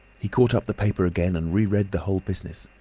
he caught up the paper again, and re-read the whole business.